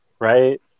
right